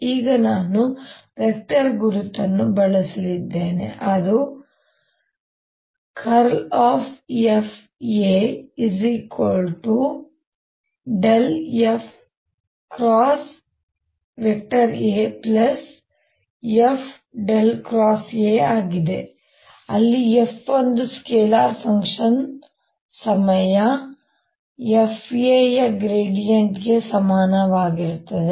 ಈಗ ನಾನು ವೆಕ್ಟರ್ ಗುರುತನ್ನು ಬಳಸಲಿದ್ದೇನೆ ಅದು fAf×Af A ಆಗಿದೆ ಅಲ್ಲಿ f ಒಂದು ಸ್ಕೇಲಾರ್ ಫಂಕ್ಷನ್ ಸಮಯಗಳು fA ಯ ಗ್ರೇಡಿಯಂಟ್ ಗೆ ಸಮಾನವಾಗಿರುತ್ತದೆ